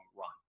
run